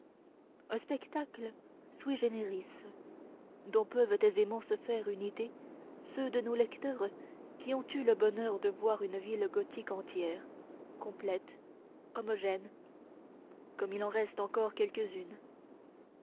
un spectacle sui generis dont peuvent aisément se faire une idée ceux de nos lecteurs qui ont eu le bonheur de voir une ville gothique entière complète homogène comme il en reste encore quelques-unes